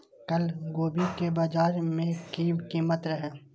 कल गोभी के बाजार में की कीमत रहे?